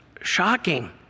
shocking